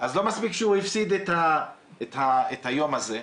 אז לא מספיק שהוא הפסיד את היום הזה?